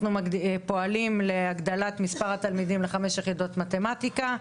אנחנו פועלים להגדלת מספר התלמידים בחמש יחידות מתמטיקה,